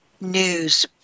news